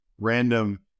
random